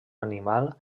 animal